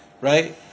right